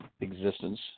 existence